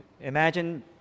Imagine